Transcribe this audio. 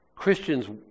Christians